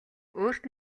өөрт